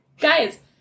Guys